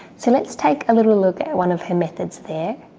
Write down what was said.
so let's take a little look at one of her methods there.